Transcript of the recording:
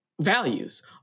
Values